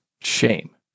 shame